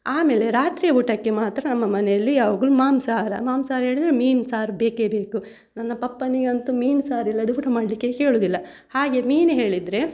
ಆಮೇಲೆ ರಾತ್ರಿ ಊಟಕ್ಕೆ ಮಾತ್ರ ನಮ್ಮ ಮನೆಯಲ್ಲಿ ಯಾವಾಗಲು ಮಾಂಸಹಾರ ಮಾಂಸಹಾರ ಹೇಳಿದರೆ ಮೀನು ಸಾರು ಬೇಕೇ ಬೇಕು ನನ್ನ ಪಪ್ಪನಿಗಂತು ಮೀನು ಸಾರು ಇಲ್ಲದೆ ಊಟ ಮಾಡಲಿಕ್ಕೆ ಕೇಳೋದಿಲ್ಲ ಹಾಗೆ ಮೀನು ಹೇಳಿದರೆ